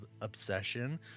obsession